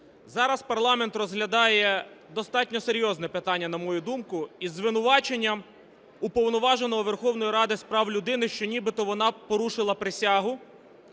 Зараз парламент розглядає достатньо серйозне питання, на мою думку, із звинуваченням Уповноваженого Верховної Ради з прав людини, що нібито вона порушила присягу,